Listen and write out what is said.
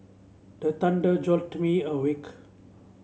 the thunder jolt me awake